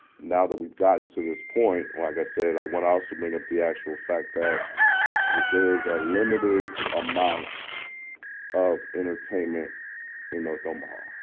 now that we've gotten to this point, like i said, i want to also bring up the actual fact that there is a limited amount of entertainment in north omaha.